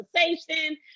conversation